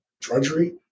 drudgery